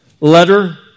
letter